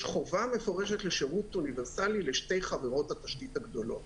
חובה מפורשת לשירות אוניברסלי לשתי חברות התשתית הגדולות.